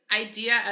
idea